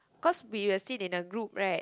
cause we will sit in a group right